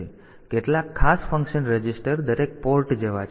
તેથી કેટલાક ખાસ ફંક્શન રજિસ્ટર દરેક પોર્ટ જેવા છે